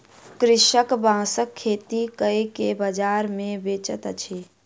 कृषक बांसक खेती कय के बाजार मे बेचैत अछि